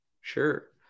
sure